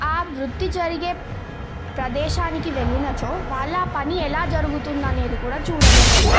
ఆ వృత్తి జరిగే ప్రదేశానికి వెళ్ళినచో వాళ్ళ పని ఎలా జరుగుతుందనేది కూడా చూడగలరు